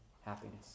happiness